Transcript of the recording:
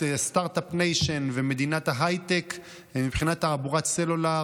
סטרטאפ ניישן ומדינת ההייטק ומבחינת תעבורת סלולר.